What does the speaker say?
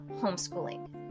homeschooling